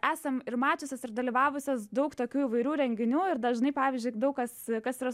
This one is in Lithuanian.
esam ir mačiusios ir dalyvavusios daug tokių įvairių renginių ir dažnai pavyzdžiui daug kas kas yra